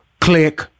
Click